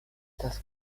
das